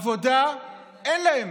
עבודה אין להם.